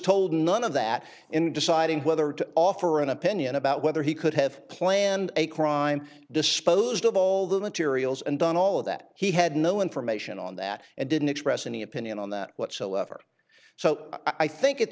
told none of that in deciding whether to offer an opinion about whether he could have planned a crime disposed of all the materials and done all of that he had no information on that and didn't express any opinion on that whatsoever so i think at